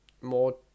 more